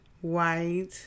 white